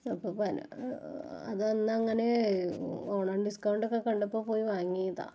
അപ്പം അതന്നങ്ങനെ ഓണം ഡിസ്കൗണ്ടൊക്കെ കണ്ടപ്പോൾ പോയി വാങ്ങിയതാണ്